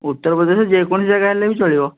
ଉତ୍ତରପ୍ରଦେଶ ଯେକୌଣସି ଯାଗା ହେଲେ ବି ଚଳିବ